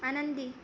आनंदी